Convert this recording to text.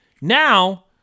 now